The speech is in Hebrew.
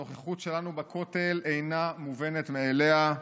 הנוכחות שלנו בכותל אינה מובנת מאליה.